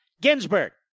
Ginsburg